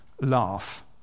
laugh